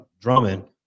Drummond